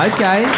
Okay